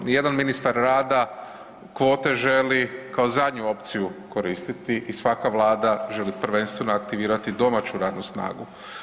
Nijedan ministar rada kvote želi kao zadnju opciju koristiti i svaka vlada želi prvenstveno aktivirati domaću radnu snagu.